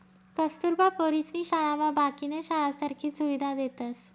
कस्तुरबा पोरीसनी शाळामा बाकीन्या शाळासारखी सुविधा देतस